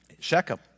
Shechem